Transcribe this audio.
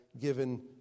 given